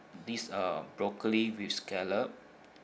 this uh broccoli with scallop